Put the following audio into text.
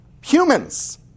humans